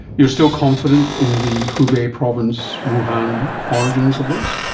you're still confident in the hubei province, wuhan origins of this?